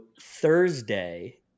Thursday